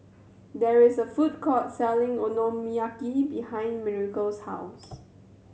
there is a food court selling Okonomiyaki behind Miracle's house